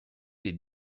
les